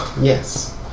Yes